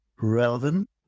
relevant